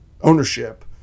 ownership